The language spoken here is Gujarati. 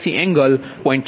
885 એંગલ 116